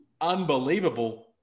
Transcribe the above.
unbelievable